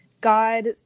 God